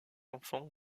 enfants